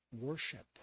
worship